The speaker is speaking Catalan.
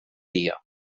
dia